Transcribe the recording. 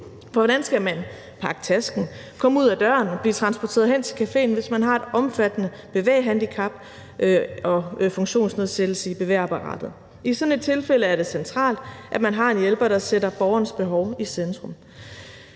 For hvordan skal man pakke tasken, komme ud ad døren og blive transporteret hen til caféen, hvis man har et omfattende bevægehandicap og funktionsnedsættelse i bevægeapparatet? I sådan et tilfælde er det centralt, at man har en hjælper, der sætter borgerens behov i centrum.